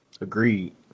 Agreed